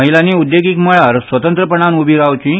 महिलांनी उद्देगीक मळार स्वतंत्रपणान उबीं रावचीं